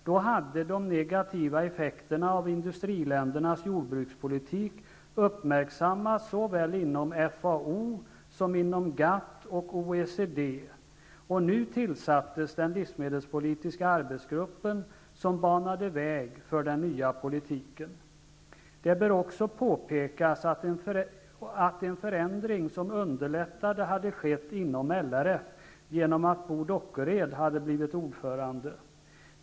Då hade de negativa effekterna av industriländernas jordbrukspolitik uppmärksammats såväl inom FAO som inom GATT och OECD. Nu tillsattes den livsmedelspolitiska arbetsgruppen, som banade väg för den nya politiken. Det bör också påpekas att en förändring skedde inom LRF när BO Dockered blev ordförande, som underlättade det hela.